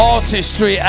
Artistry